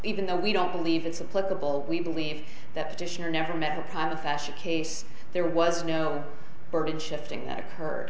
even though we don't believe it's a political we believe that petitioner never met the kind of fashion case there was no burden shifting that occurred